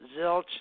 zilch